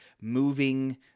moving